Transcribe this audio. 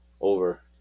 over